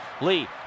Lee